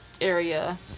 area